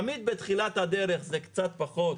תמיד בתחילת הדרך זה קצת פחות,